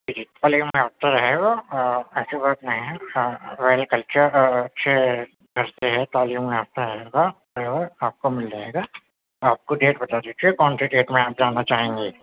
تعلیم یافتہ رہے گا ایسی بات نہیں ہے ویل کلچر اچھے تربیت تعلیم یافتہ رہے گا ڈرائیور آپ کو مل جائے گا آپ کو ڈیٹ بتا دیجیے کون سی ڈیٹ میں آپ جانا چاہیں گی